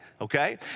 okay